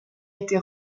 été